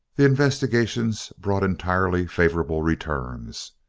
the investigations brought entirely favorable returns.